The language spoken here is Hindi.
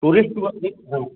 टूरिस्ट वाली हाँ